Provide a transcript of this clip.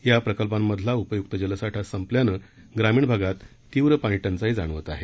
या प्रकल्पांमधला उपयुक्त जलसाठा संपल्यानं ग्रामीण भागात तीव्र पाणीटंचाई जाणवत आहे